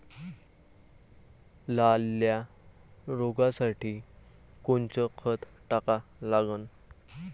लाल्या रोगासाठी कोनचं खत टाका लागन?